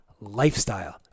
lifestyle